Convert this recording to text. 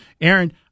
aaron